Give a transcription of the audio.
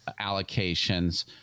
allocations